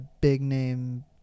big-name